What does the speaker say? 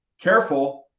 careful